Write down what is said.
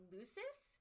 Lucis